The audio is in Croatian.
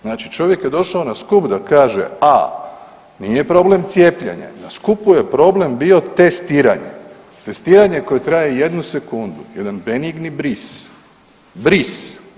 Znači čovjek je došao na skup da kaže, a nije problem cijepljenje na skupu je problem bio testiranje, testiranje koje traje 1 sekundu, jedan benigni bris, bris.